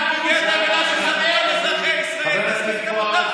וכתוצר לוואי של ההשחתה הזו נקבל את חיסול הכלכלה הישראלית.